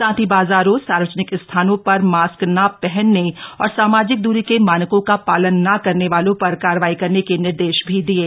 साथ ही बाजारों सार्वजनिक स्थानों पर मास्क ना पहनने और सामाजिक दूरी के मानकों का पालन न करने वालों पर कार्रवाई करने के निर्देश भी दिये